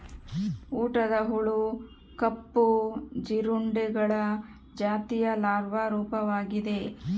ಊಟದ ಹುಳು ಕಪ್ಪು ಜೀರುಂಡೆಗಳ ಜಾತಿಯ ಲಾರ್ವಾ ರೂಪವಾಗಿದೆ